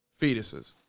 Fetuses